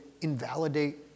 invalidate